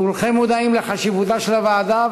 כולכם מודעים לחשיבותה של הוועדה,